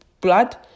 blood